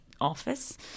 office